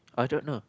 I don't know